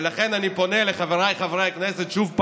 ולכן אני פונה לחבריי חברי הכנסת שוב,